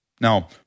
Now